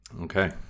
Okay